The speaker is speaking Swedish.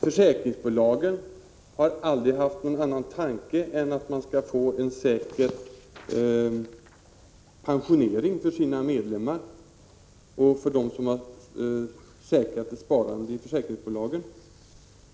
Försäkringsbolagen har aldrig haft någon annan tanke än att man skall få en säker pensionering för de försäkrade som valt ett sparande i försäkringsbolagen.